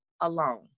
alone